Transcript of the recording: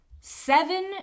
seven